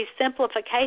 simplification